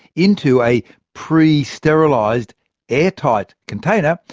into a pre-sterilised airtight container,